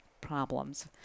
Problems